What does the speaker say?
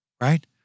Right